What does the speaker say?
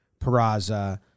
Peraza